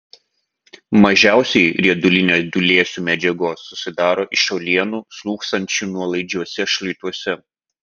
mažiausiai riedulinės dūlėsių medžiagos susidaro iš uolienų slūgsančių nuolaidžiuose šlaituose